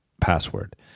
password